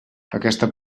aquesta